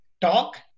talk